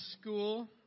school